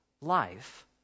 life